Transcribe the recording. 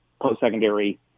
post-secondary